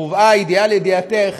או הובאה הידיעה לידיעתך,